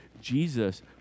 Jesus